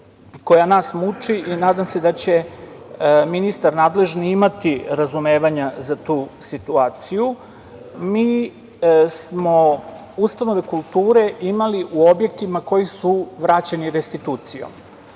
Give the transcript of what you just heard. koja nas muči i nadam se da će nadležni ministar imati razumevanja za tu situaciju. Mi smo ustanove kulture imali u objektima koji su vraćeni restitucijom.